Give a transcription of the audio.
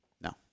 No